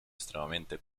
estremamente